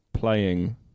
playing